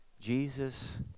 Jesus